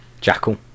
Jackal